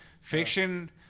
Fiction